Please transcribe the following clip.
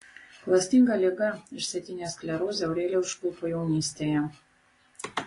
klastinga liga išsėtinė sklerozė aureliją užklupo jaunystėje